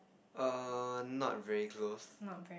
err not very close